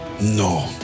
No